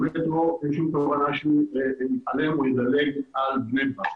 אין שום כוונה להתעלם או לדלג על בני ברק.